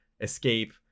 escape